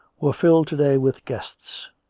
were filled to-day with guests